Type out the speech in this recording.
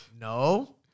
no